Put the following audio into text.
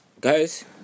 guys